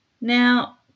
Now